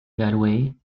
galway